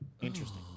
Interesting